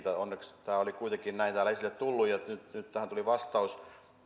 onneksi tämä oli kuitenkin näin täällä esille tullut ja nyt nyt tähän tuli vastaus